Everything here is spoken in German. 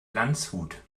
landshut